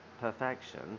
perfection